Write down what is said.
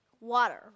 water